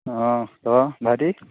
অঁ তাৰপৰা ভাইটি